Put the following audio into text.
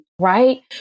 Right